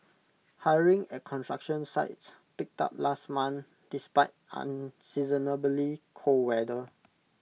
hiring at construction sites picked up last month despite unseasonably cold weather